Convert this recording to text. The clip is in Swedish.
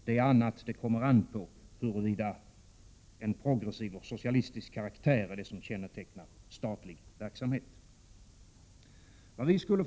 Det är annat som det kommer an på när det gäller frågan om huruvida en progressiv och socialistisk karaktär kännetecknar statlig verksamhet eller inte.